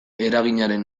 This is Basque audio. eraginaren